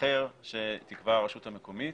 אחר שתקבע הרשות המקומית,